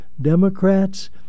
Democrats